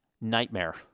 nightmare